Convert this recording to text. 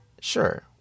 Sure